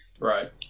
Right